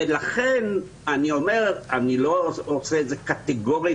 ולכן אני לא עושה את זה קטגורית,